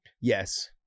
Yes